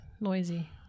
Noisy